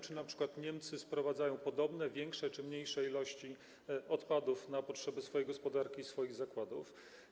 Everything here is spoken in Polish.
Czy np. Niemcy sprowadzają podobne, większe czy mniejsze ilości odpadów na potrzeby swojej gospodarki i swoich zakładów?